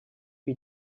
wie